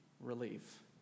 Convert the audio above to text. Relief